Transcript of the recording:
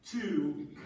Two